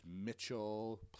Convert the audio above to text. Mitchell